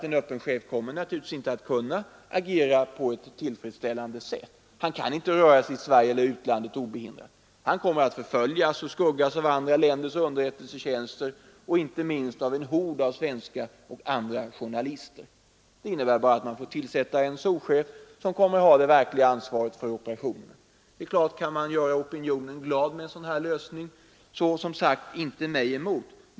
En öppen chef kommer nämligen inte att kunna agera på ett tillfredsställande sätt. Han kan inte röra sig obehindrat i Sverige eller i utlandet. Han kommer att skuggas av andra länders underrättelsetjänster och inte minst av en hord av journalister. Det innebär bara att man får tillsätta en souschef som får det verkliga ansvaret för operationen. Kan man göra opinionen glad med ett sådant arrangemang, så inte mig emot.